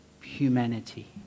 Humanity